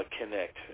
connect